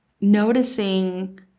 noticing